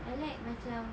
I like macam